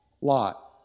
Lot